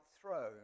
throne